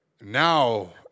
Now